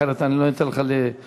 אחרת אני לא אתן לך לנאום.